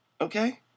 Okay